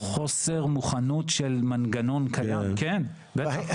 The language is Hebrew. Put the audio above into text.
חוסר מוכנות של מנגנון קיים, כן, בטח.